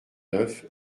neuf